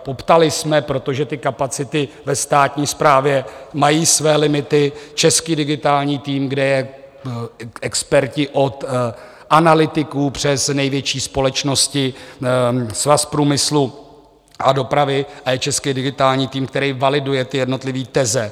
Poptali jsme, protože ty kapacity ve státní správě mají své limity, český digitální tým, kde jsou experti od analytiků přes největší společnosti, Svaz průmyslu a dopravy, a je český digitální tým, který validuje ty jednotlivé teze.